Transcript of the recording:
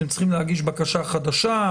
אתם צריכים להגיש בקשה חדשה?